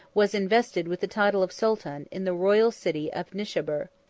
was invested with the title of sultan, in the royal city of nishabur.